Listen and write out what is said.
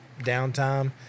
downtime